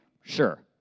sure